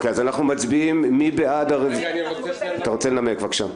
אני רוצה לנמק.